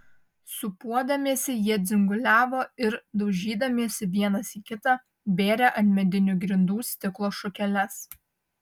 sūpuodamiesi jie dzinguliavo ir daužydamiesi vienas į kitą bėrė ant medinių grindų stiklo šukeles